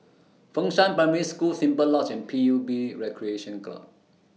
Fengshan Primary School Simply Lodge and P U B Recreation Club